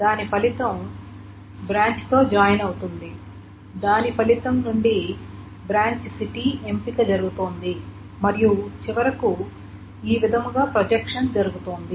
దాని ఫలితం అప్పుడు బ్రాంచ్తో జాయిన్ అవుతుంది దాని ఫలితం నుండి బ్రాంచ్ సిటీ ఎంపిక జరుగుతోంది మరియు చివరకు ఈ విధము గా ప్రొజెక్షన్ జరుగుతోంది